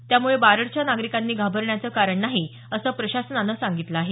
त्यामुळे बारडच्या नागरिकांनी घाबरण्याचं कारण नाही असं प्रशासनानं सांगितलं आहे